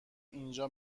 اینجا